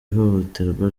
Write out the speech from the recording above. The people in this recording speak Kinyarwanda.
ihohoterwa